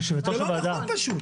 זה לא נכון פשוט.